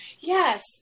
Yes